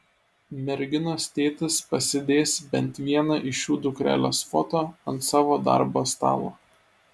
merginos tėtis pasidės bent vieną iš šių dukrelės foto ant savo darbo stalo